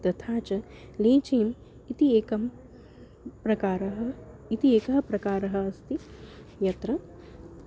तथा च लेजीम् इति एकः प्रकारः इति एकः प्रकारः अस्ति यत्र